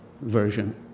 version